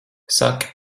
saki